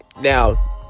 Now